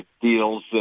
deals